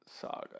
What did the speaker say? Saga